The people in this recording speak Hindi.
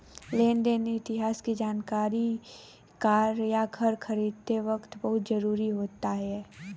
लेन देन इतिहास की जानकरी कार या घर खरीदते वक़्त बहुत जरुरी होती है